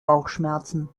bauchschmerzen